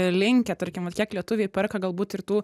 linkę tarkim vat kiek lietuviai perka galbūt ir tų